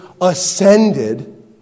ascended